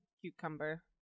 cucumber